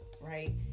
right